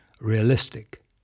realistic